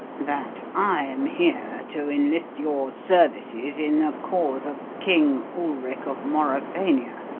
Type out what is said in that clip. that i am here to enlist your services in the cause of king ulric of mauravania,